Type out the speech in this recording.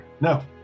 No